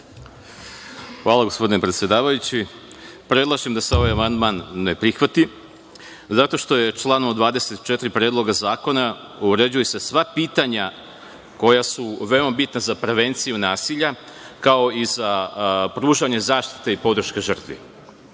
Hvala, gospodine predsedavajući. Predlažem da se ovaj amandman ne prihvati zato što se članom 24. Predloga zakona uređuju sva pitanja koja su veoma bitna za prevenciju nasilja, kao i za pružanje zaštite i podrške žrtvi.